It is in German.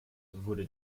wurde